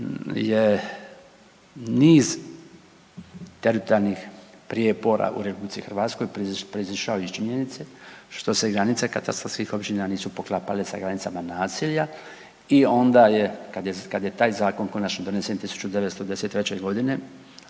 je niz teritorijalnih prijepora u RH proizašao iz činjenice što se granice katastarskih općina nisu poklapale sa granicama naselja i onda je kad je taj zakon konačno donesen 1993.g.,